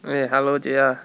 喂 hello jia